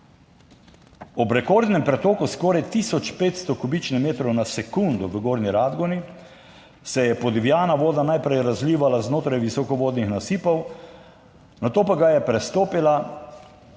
Ob rekordnem pretoku skoraj 1500 kubičnih metrov na sekundo v Gornji Radgoni se je podivjana voda najprej razlivala znotraj visokovodnih nasipov, nato pa ga je prestopila